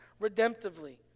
redemptively